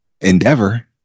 endeavor